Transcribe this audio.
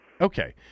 Okay